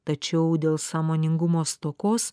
tačiau dėl sąmoningumo stokos